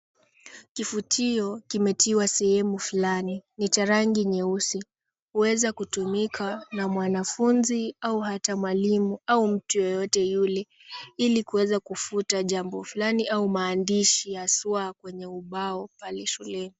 Kifutio kimetiwa sehemu fulani ni cha rangi nyeusi huweza kutumika na mwanafunzi au hata mwalimu au mtu yeyote yule ili kuweza kufuta jambo fulani au maandishi haswa kwenye ubao pale shuleni.